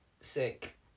sick